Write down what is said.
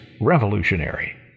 revolutionary